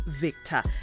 Victor